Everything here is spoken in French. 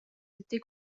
été